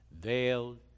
veiled